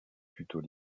plutôt